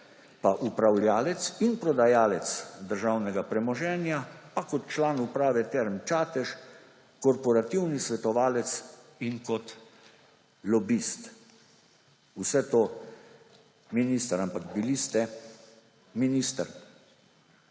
pa upravljavec in prodajalec državnega premoženja, pa kot član uprave Term Čatež, korporativni svetovalec in kot lobist. Vse to, minister, ampak bili ste minister,